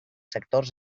sectors